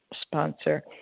sponsor